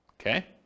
Okay